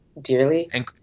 dearly